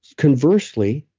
conversely,